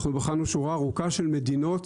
אנחנו בחנו שורה ארוכה של מדינות.